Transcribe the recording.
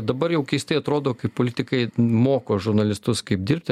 dabar jau keistai atrodo kai politikai moko žurnalistus kaip dirbti